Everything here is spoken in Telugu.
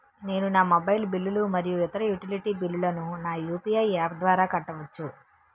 నేను నా మొబైల్ బిల్లులు మరియు ఇతర యుటిలిటీ బిల్లులను నా యు.పి.ఐ యాప్ ద్వారా కట్టవచ్చు